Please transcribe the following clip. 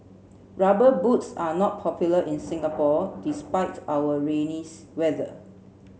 rubber boots are not popular in Singapore despite our rainy weather